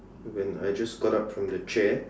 when I just got up from the chair